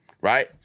right